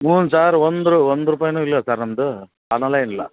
ಹ್ಞೂ ಸರ್ ಒಂದು ರು ಒಂದು ರೂಪಾಯಿನು ಇಲ್ಲಾ ಸರ್ ನಮ್ಮದು ಹಣನೆ ಇಲ್ಲ